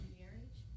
marriage